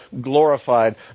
glorified